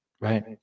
right